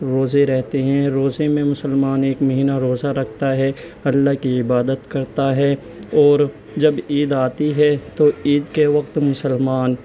روزے رہتے ہیں روزے میں مسلمان ایک مہینہ روزہ رکھتا ہے اللہ کی عبادت کرتا ہے اور جب عید آتی ہے تو عید کے وقت مسلمان